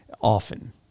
often